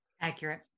Accurate